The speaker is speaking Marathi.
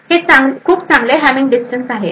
हे खूप चांगले हॅमिंग डिस्टन्स आहे